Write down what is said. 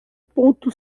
ponto